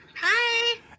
Hi